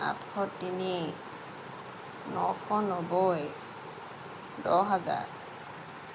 আঠশ তিনি নশ নব্বৈ দহ হাজাৰ